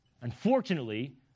Unfortunately